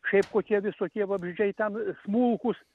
šiaip kokie visokie vabzdžiai ten smulkūs